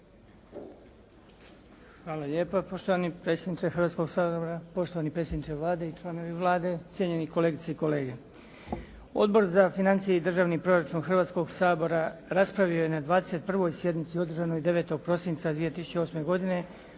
Hvala lijepa poštovani predsjedniče Hrvatskoga sabora. Poštovani predsjedniče Vlade i članovi Vlade, cijenjeni kolegice i kolege. Odbor za financije i državni proračun Hrvatskoga sabora raspravio je na 21. sjednici održanoj 9. prosinca 2008. godine